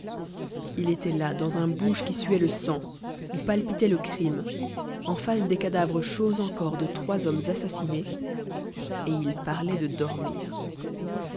il était là dans un bouge qui suait le sang où palpitait le crime en face des cadavres chauds encore de trois hommes assassinés et il parlait de dormir